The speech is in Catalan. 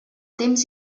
temps